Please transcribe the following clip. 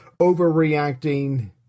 overreacting